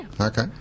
Okay